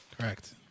Correct